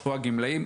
פה הגמלאים,